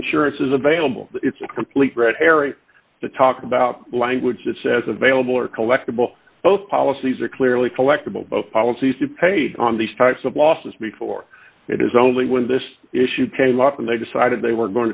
the insurance is available it's a complete red herring to talk about language that says available or collectible both policies are clearly collectible policies to paid on these types of losses before it is only when this issue came up and they decided they were